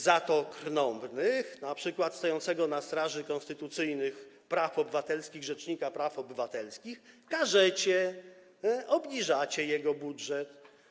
Za to krnąbrnych karzecie, np. stojącego na straży konstytucyjnych praw obywatelskich rzecznika praw obywatelskich, zmniejszacie jego budżet.